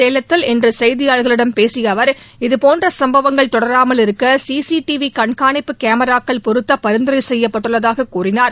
சேலத்தில் இன்று செய்தியாளர்களிடம் பேசிய அவர் இதுபோன்ற சம்பவங்கள் தொடராமல் இருக்க சி ச சி ச டி வி ச கண்காணிப்பு ச கேமராக்கள் பொருத்த பரிந்துரை செய்யப்பட்டள்ளதாகக் கூறினார்